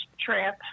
trip